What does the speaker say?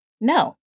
No